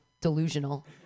delusional